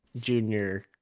junior